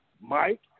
Mike